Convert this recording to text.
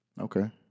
Okay